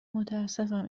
متاسفم